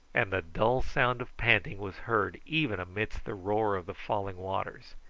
and the dull sound of panting was heard even amidst the roar of the falling waters.